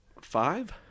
five